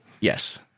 Yes